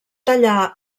tallar